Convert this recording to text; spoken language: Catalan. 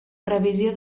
previsió